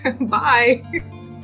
Bye